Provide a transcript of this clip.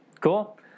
Cool